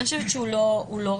אני חושבת שהוא לא רלוונטי.